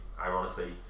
ironically